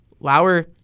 Lauer